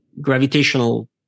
gravitational